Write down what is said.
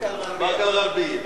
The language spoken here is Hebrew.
באקה-אל-ע'רביה.